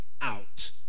out